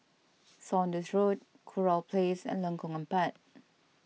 Saunders Road Kurau Place and Lengkong Empat